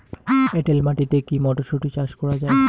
এটেল মাটিতে কী মটরশুটি চাষ করা য়ায়?